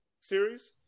series